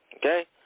Okay